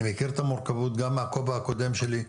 אני מכיר את המורכבות גם מהכובע הקודם שלי,